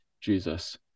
Jesus